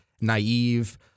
naive